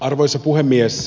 arvoisa puhemies